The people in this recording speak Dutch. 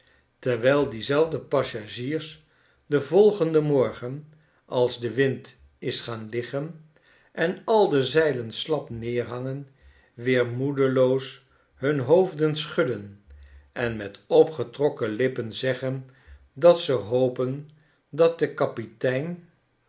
terwijl diezelfde passagiers den volgenden morgen als de wind is gaan liggen en al de zeilen slap neerhangen weer moedeloos hun hoofden schudden en met opgetrokken lippen zeggen dat ze hopen dat de kapitein